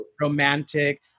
romantic